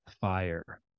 fire